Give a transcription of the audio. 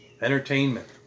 entertainment